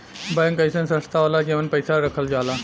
bank अइसन संस्था होला जेमन पैसा रखल जाला